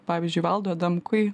pavyzdžiui valdui adamkui